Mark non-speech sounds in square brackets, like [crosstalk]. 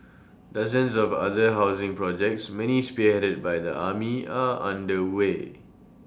dozens of other housing projects many spearheaded by the army are underway [noise]